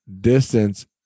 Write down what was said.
distance